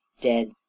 dead